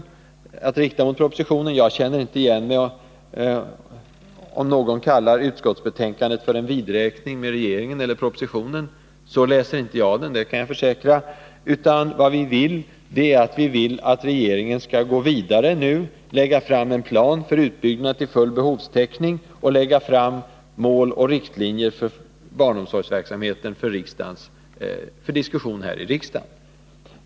Jag känner inte igen beskrivningen när någon kallar utskottsbetänkandet för en vidräkning med regeringen eller propositionen. Så läser inte jag den — det kan jag försäkra. Vad vi vill är att regeringen nu skall gå vidare, lägga fram en plan för utbyggnad till full behovstäckning och lägga fram mål och riktlinjer för barnomsorgsverksamheten för diskussion här i riksdagen.